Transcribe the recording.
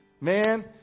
Man